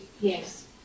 Yes